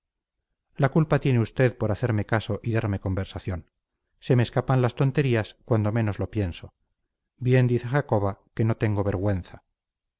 la culpa tiene usted por hacerme caso y darme conversación se me escapan las tonterías cuando menos lo pienso bien dice jacoba que no tengo vergüenza